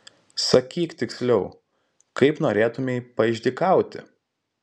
sakyk tiksliau kaip norėtumei paišdykauti